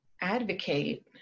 advocate